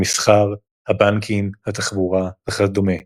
המסחר, הבנקים, התחבורה וכדומה.